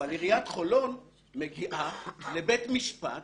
אבל עיריית חולון מגיעה לבית משפט